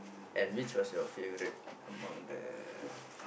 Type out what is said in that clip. and which was your favourite among the